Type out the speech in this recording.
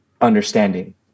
understanding